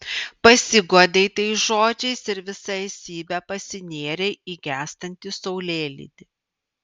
pasiguodei tais žodžiais ir visa esybe pasinėrei į gęstantį saulėlydį